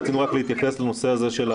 רצינו רק להתייחס לנושא הזה של האסירים.